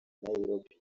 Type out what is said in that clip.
nairobi